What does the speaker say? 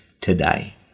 today